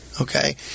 okay